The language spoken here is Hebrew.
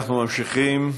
אנחנו ממשיכים.